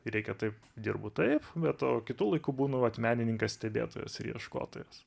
reikia taip dirbu taip bet o kitu laiku būnu vat menininkas stebėtojas ir ieškotojas